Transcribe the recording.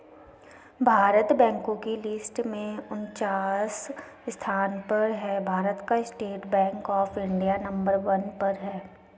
भारत बैंको की लिस्ट में उनन्चास स्थान पर है भारत का State Bank of India number one पर है